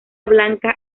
blanca